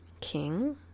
king